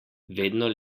vedno